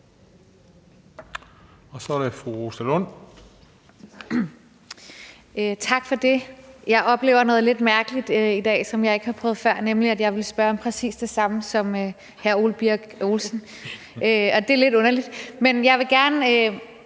Rosa Lund (EL): Tak for det. Jeg oplever noget lidt mærkeligt i dag, som jeg ikke har prøvet før, nemlig at jeg ville spørge om præcis det samme som hr. Ole Birk Olesen, og det er lidt underligt. Men jeg vil gerne